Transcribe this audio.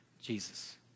jesus